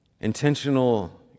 Intentional